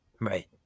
Right